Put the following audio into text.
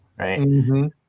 Right